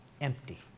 empty